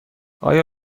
آیا